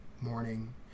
morning